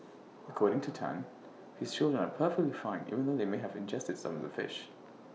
according to Tan his children are perfectly fine even though they may have ingested some of the fish